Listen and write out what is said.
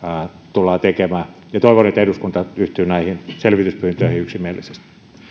tullaan tekemään toivon että eduskunta yhtyy näihin selvityspyyntöihin yksimielisesti